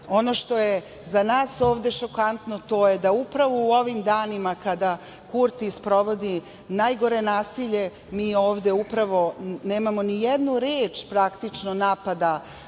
što je za nas ovde šokantno to je da upravo u ovim danima, kada Kurti sprovodi najgore nasilje, mi ovde nemamo ni jednu reč praktično napada